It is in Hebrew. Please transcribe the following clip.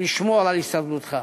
לשמור על הישרדותך.